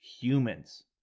humans